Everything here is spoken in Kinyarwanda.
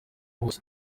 hose